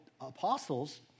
apostles